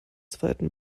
zweiten